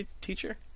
teacher